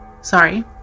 sorry